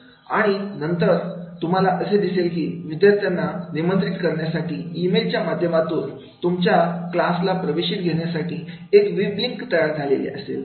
आणि नंतर आणि नंतर तुम्हाला दिसेल की विद्यार्थ्यांना निमंत्रित करण्यासाठी ई मेलच्या माध्यमातून तुमच्या क्लासला प्रवेश घेण्यासाठी एक वेब लींक तयार असेल